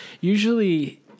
usually